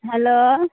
hello